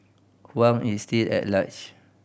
Huang is still at large